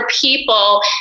people